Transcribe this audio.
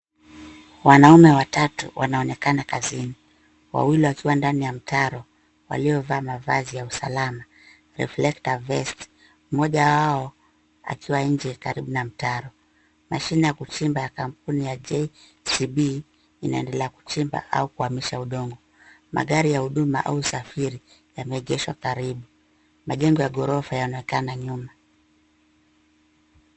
Wanaume watatu wanaonekana kazini. Wawili wakiwa ndani ya mtaro waliovaa mavazi ya usalama, cs[reflector vest]cs, moja wao akiwa nje karibu na mtaro. Mashine ya kuchimba ya kampuni ya JCB inaendelea kuchimba au kuhamisha udongo. Magari ya huduma au usafiri yameegeshwa karibu. Majengo ya ghorofa yanaonekana nyuma.